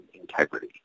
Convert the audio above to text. integrity